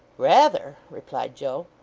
rather, replied joe.